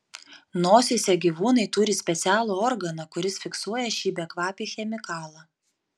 nosyse gyvūnai turi specialų organą kuris fiksuoja šį bekvapį chemikalą